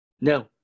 No